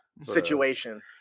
situation